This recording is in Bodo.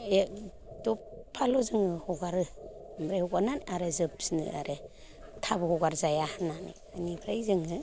दफाल' जोङो हगारो आमफ्राय हगारनानै आरो जोबफिनो आरो थाब हगार जाया होननानै बेनिफ्राय जोङो